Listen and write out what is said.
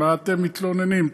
מה אתם מתלוננים?